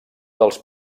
dels